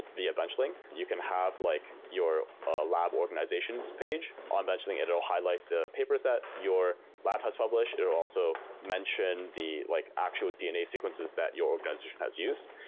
benchling, you can have like your ah lab organizations page. on benchling, and it will highlight the papers that your lab has published, it will also mention the like actual dna sequences that your organization has used.